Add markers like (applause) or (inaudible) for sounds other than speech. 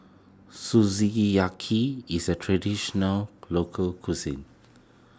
(unintelligible) is a Traditional Local Cuisine